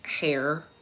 hair